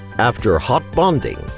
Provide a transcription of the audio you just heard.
after hot bonding,